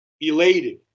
elated